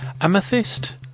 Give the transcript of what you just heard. Amethyst